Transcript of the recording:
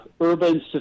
urban